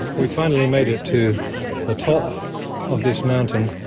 we've finally made it to the top of this mountain.